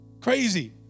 Crazy